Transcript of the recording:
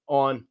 on